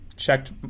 checked